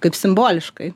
kaip simboliškai